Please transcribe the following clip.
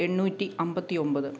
എണ്ണൂറ്റി അൻപത്തി ഒൻപത്